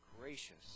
gracious